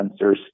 sensors